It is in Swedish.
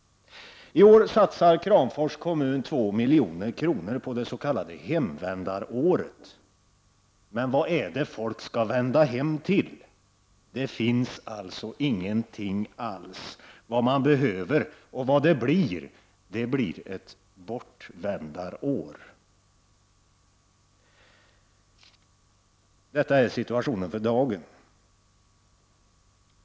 I år satsar Kramfors kommun 2 milj.kr. på det s.k. hemvändaråret. Men vad är det folk skall vända hem till? Det finns alltså ingenting alls. Vad man behöver och vad det blir är ett bortvändarår. Detta är situationen för dagen.